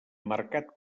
marcat